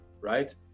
right